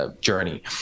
journey